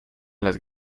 las